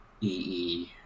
EE